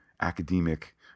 academic